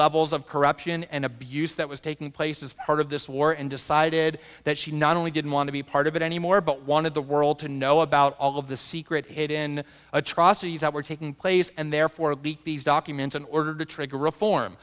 levels of corruption and abuse that was taking place as part of this war and decided that she not only didn't want to be part of it anymore but one the world to know about all of the secret in atrocities that were taking place and therefore leaked these documents in order to trigger reform